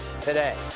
today